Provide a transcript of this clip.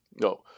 No